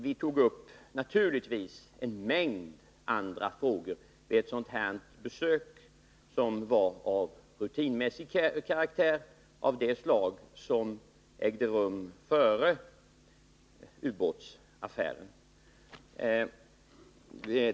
Vi tog naturligtvis upp en mängd andra frågor vid detta besök, som var av rutinmässig karaktär och ägde rum före ubåtsaffären.